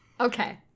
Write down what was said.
okay